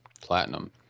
platinum